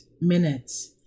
minutes